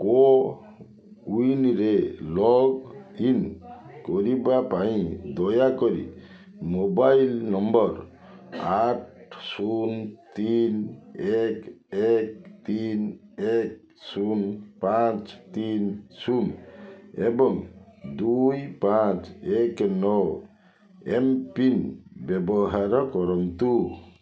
କୋୱିନ୍ରେ log in କରିବା ପାଇଁ ଦୟାକରି ମୋବାଇଲ ନମ୍ବର ଆଠ ଶୂନ ତିନି ଏକ ଏକ ତିନି ଏକ ଶୂନ ପାଞ୍ଚ ତିନି ଶୂନ ଏବଂ ଦୁଇ ପାଞ୍ଚ ଏକ ନଅ ଏମ୍ ପିନ୍ ବ୍ୟବହାର କରନ୍ତୁ